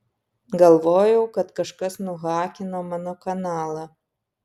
galvojau kad kažkas nuhakino mano kanalą